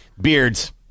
Beards